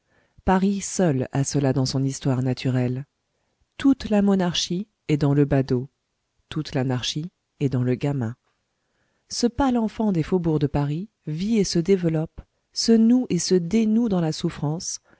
paris seul a cela dans son histoire naturelle toute la monarchie est dans le badaud toute l'anarchie est dans le gamin ce pâle enfant des faubourgs de paris vit et se développe se noue et se dénoue dans la souffrance